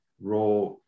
raw